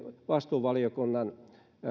vastinvaliokunnan